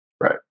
Right